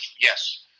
yes